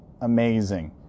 Amazing